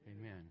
Amen